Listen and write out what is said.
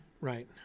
right